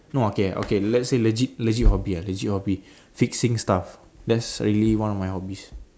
no okay okay let's say legit legit hobby ah legit hobby fixing stuffs that is really one of my hobbies